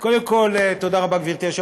קודם כול, תודה רבה, גברתי היושבת-ראש.